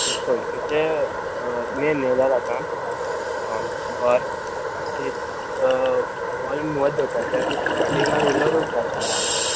तेश कोन्न म्हणचें मेन हे जाला आतां घर ते हॉल मोद दवरता ते आनी सरावंडींग मागीर उल्लो रूम्स जाता हॉलाच्या